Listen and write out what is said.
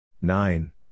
Nine